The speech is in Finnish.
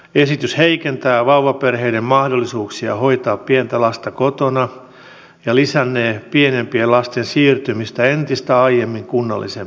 esitys heikentää vauvaperheiden mahdollisuuksia hoitaa pientä lasta kotona ja lisännee pienempien lasten siirtymistä entistä aiemmin kunnalliseen päivähoitoon